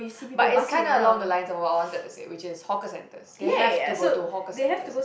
but is kind of along the lines of what I wanna say which is hawker centres they have to go to hawker centres